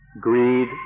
greed